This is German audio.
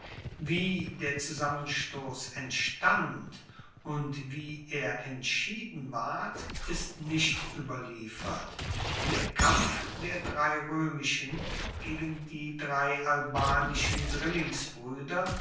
wie der zusammenstoss entstand und wie er entschieden ward ist nicht ueberliefert der kampf der drei roemischen gegen die drei albanischen